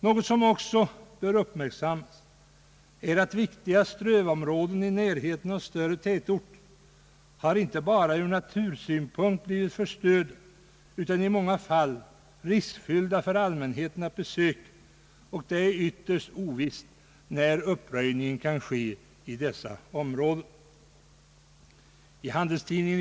Något som också bör uppmärksammas är att viktiga strövområden i närheten av större tätorter har inte bara från natursynpunkt blivit förstörda utan i många fall riskfyllda för allmänheten att besöka, och det är ytterst ovisst när uppröjning kan ske i dessa områden.